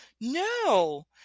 No